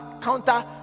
counter